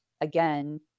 again